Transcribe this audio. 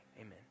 Amen